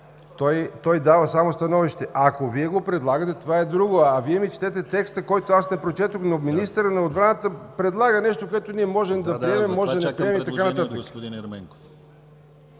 Той дава само становище. Ако Вие го предлагате, това е друго. Вие ми четете текста, който аз не прочетох, но министърът на отбраната предлага нещо, което ние можем да приемем, може и да не приемем.